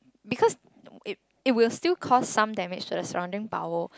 because it it will still cause some damage to the surrounding bowel